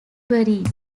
buried